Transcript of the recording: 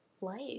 life